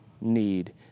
need